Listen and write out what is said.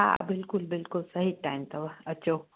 हा बिल्कुलु बिल्कुलु सही टाइम अथव अचो